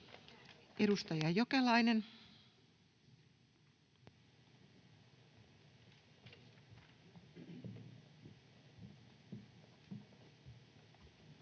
Edustaja Jokelainen.